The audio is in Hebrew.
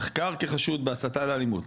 נחקר כחשוד בהסתה לאלימות,